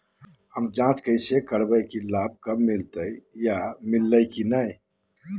हम जांच कैसे करबे की लाभ कब मिलते बोया मिल्ले की न?